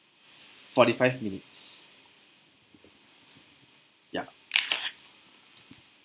forty five minutes yup